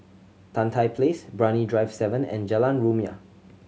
Tan Tye Place Brani Drive Seven and Jalan Rumia